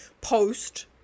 post